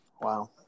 Wow